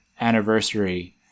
anniversary